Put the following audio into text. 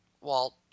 Walt